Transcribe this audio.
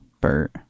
Bert